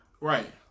Right